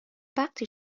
وقتی